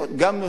גם נוסיף,